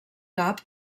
cap